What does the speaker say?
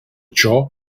ciò